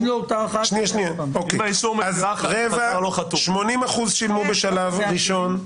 אם לאותה אחת ------ 80% שילמו בשלב ראשון.